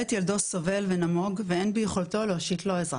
את ילדו סובל ונמוג ואין ביכולתו להושיט לו עזרה.